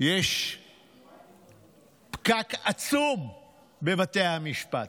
יש פקק עצום בבתי המשפט.